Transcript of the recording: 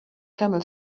camel